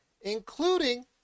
including